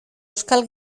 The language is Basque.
euskal